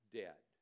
dead